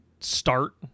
start